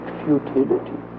futility